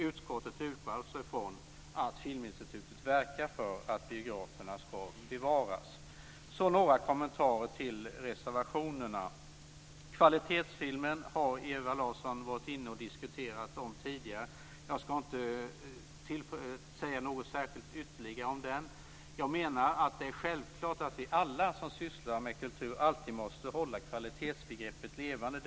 Utskottet utgår från att Filminstitutet verkar för att biograferna ska bevaras. Så några kommentarer till reservationerna. Ewa Larsson har tidigare diskuterat kvalitetsfilmen. Jag ska inte säga något särskilt ytterligare. Hon menar att det är självklart att alla som sysslar med kultur måste hålla kvalitetsbegreppet levande.